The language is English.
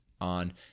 on